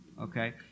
Okay